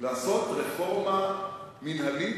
בכלל למינהל.